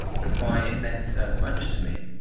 but why it meant so much to me,